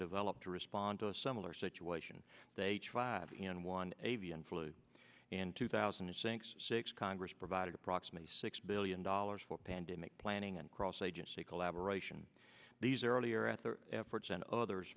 developed to respond to a similar situation the eighty five and one avian flu in two thousand and six six congress provided approximately six billion dollars for pandemic planning and cross agency collaboration these earlier at their efforts and others